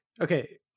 okay